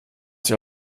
sich